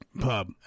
Pub